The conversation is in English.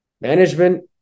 management